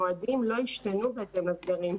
המועדים לא השתנו בהתאם לסגרים.